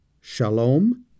Shalom